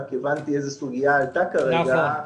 רק הבנתי איזו סוגיה עלתה כרגע.